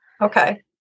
okay